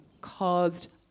caused